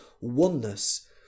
oneness